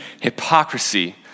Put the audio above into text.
hypocrisy